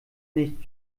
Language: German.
nicht